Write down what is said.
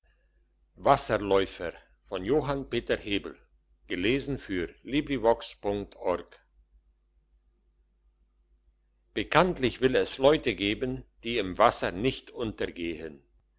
bekanntlich will es leute geben die im wasser nicht untergehen